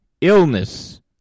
illness